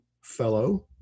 fellow